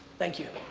thank you.